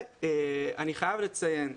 אני חייב לציין.